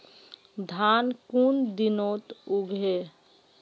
धान कुन दिनोत उगैहे